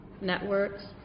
networks